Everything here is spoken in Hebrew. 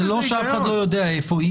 זה לא שאף אחד לא יודע איפה היא.